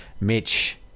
Mitch